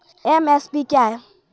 MSP क्या है?